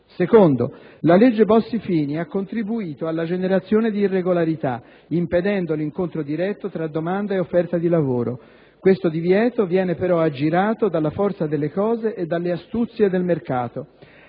Secondo: la legge Bossi-Fini ha contribuito alla generazione di irregolarità, impedendo l'incontro diretto tra domanda e offerta di lavoro: questo divieto viene però aggirato dalla forza delle cose e dalle astuzie del mercato.